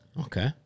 okay